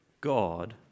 God